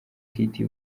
kiti